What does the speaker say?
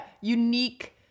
unique